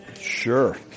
Sure